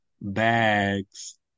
bags